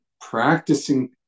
practicing